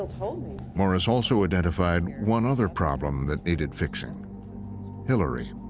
morris also identified one other problem that needed fixing hillary.